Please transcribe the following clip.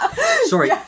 Sorry